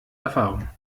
erfahrung